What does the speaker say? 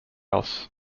else